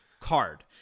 card